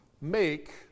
make